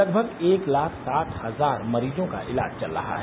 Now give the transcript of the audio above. लगभग एक लाख साठ हजार मरीजों का इलाज चल रहा है